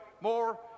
more